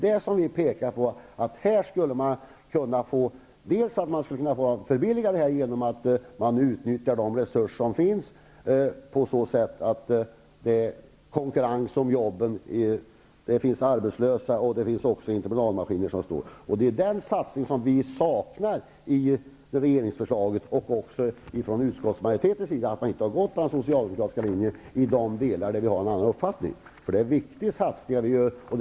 Vi pekar på att man skulle kunna förbilliga verksamheten genom att utnyttja den konkurrens om jobben som nu råder. Det finns personer som är arbetslösa och entreprenadmaskiner som står stilla. Det är en sådan satsning som vi saknar i regeringsförslaget och också i utskottsmajoritetens skrivning. Man har alltså inte följt den socialdemokratiska linjen i de delar där vi har en annan uppfattning. Det är viktiga satsningar som vi vill få genomförda.